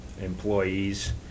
employees